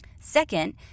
Second